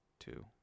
two